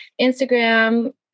Instagram